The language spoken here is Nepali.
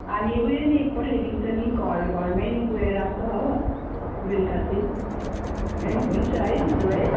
हामी उयो नि पठाइदिन्छ नि घर घरमै पुऱ्याइराख्छ हो बेलुका चाहिँ ए हुन्छ है त्यसो भए